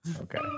okay